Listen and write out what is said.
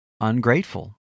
ungrateful